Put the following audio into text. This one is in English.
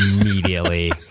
immediately